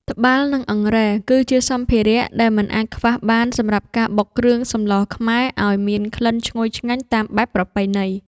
ត្បាល់ និងអង្រែ គឺជាសម្ភារៈដែលមិនអាចខ្វះបានសម្រាប់ការបុកគ្រឿងសម្លខ្មែរឱ្យមានក្លិនឈ្ងុយឆ្ងាញ់តាមបែបប្រពៃណី។